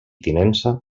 tinença